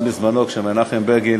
גם בזמנו של מנחם בגין,